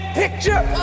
picture